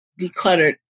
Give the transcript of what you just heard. decluttered